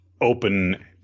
open